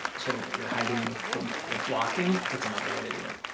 so what you're hiding with the the blocking. it's another way to do it.